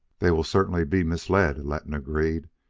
they will certainly be misled, letton agreed,